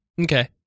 okay